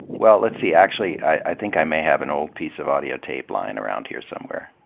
well, let's see, actually i think i may have an old piece of audio tape lying around here somewhere.